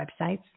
websites